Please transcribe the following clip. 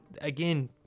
again